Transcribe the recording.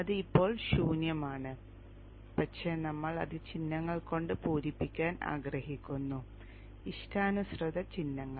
അത് ഇപ്പോൾ ശൂന്യമാണ് പക്ഷേ നമ്മൾ അത് ചിഹ്നങ്ങൾ കൊണ്ട് പൂരിപ്പിക്കാൻ ആഗ്രഹിക്കുന്നു ഇഷ്ടാനുസൃത ചിഹ്നങ്ങൾ